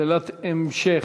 שאלת המשך.